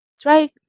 Try